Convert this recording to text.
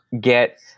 get